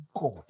God